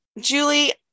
Julie